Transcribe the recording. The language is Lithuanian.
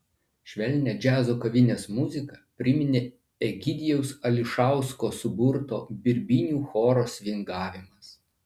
švelnią džiazo kavinės muziką priminė egidijaus ališausko suburto birbynių choro svingavimas